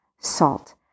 salt